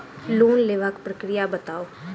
Loan लेबाक प्रक्रिया बताऊ?